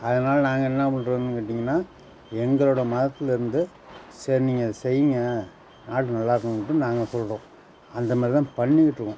அதனால நாங்கள் என்ன பண்ணுறதுனு கேட்டிங்கன்னால் எங்களோடய மதத்திலிருந்து சரி நீங்கள் அதை செய்யுங்க நாடு நல்லா இருக்கணுன்ட்டு நாங்கள் சொல்கிறோம் அந்தமாதிரிதான் பண்ணிக்கிட்டு இருக்கோம்